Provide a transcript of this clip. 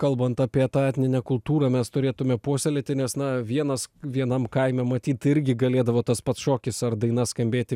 kalbant apie tą etninę kultūrą mes turėtume puoselėti nes na vienas vienam kaime matyt irgi galėdavo tas pats šokis ar daina skambėti